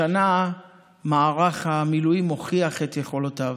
השנה מערך המילואים הוכיח את יכולותיו,